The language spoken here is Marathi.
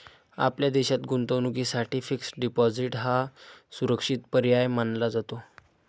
आपल्या देशात गुंतवणुकीसाठी फिक्स्ड डिपॉजिट हा सुरक्षित पर्याय मानला जातो